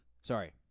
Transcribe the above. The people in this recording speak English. sorry